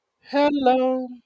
Hello